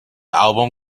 album